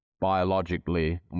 biologically